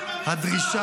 אתם הורסים להם כל